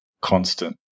constant